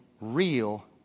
real